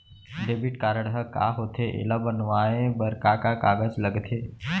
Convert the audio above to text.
Debit card ह का होथे एला बनवाए बर का का कागज लगथे?